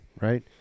right